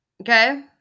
okay